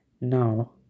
Now